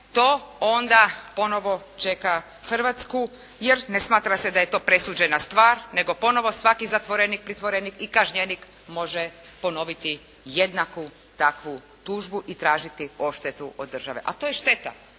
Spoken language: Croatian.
to onda ponovo čeka Hrvatsku jer ne smatra se da je to presuđena stvar nego ponovo svaki zatvorenik, pritvorenik i kažnjenik može ponoviti jednaku takvu tužbu i tražiti odštetu od države, a to je šteta.